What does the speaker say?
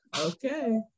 Okay